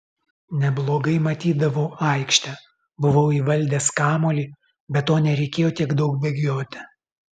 neblogai matydavau aikštę buvau įvaldęs kamuolį be to nereikėjo tiek daug bėgioti